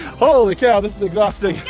holy cow, this is exhausting!